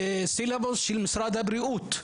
סיליבוס של משרד הבריאות.